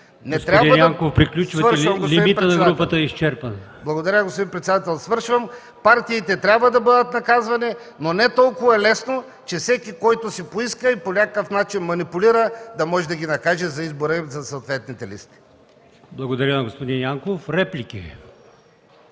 Господин Янков, приключвайте! Лимитът на групата е изчерпан. ЯНКО ЯНКОВ: Благодаря, господин председател, свършвам. Партиите трябва да бъдат наказвани, но не толкова лесно, че всеки, който си поиска и по някакъв начин манипулира, да може да ги накаже за избора им за съответните листи. ПРЕДСЕДАТЕЛ АЛИОСМАН ИМАМОВ: